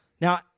Now